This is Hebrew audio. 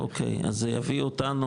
אוקי, אז זה יביא אותנו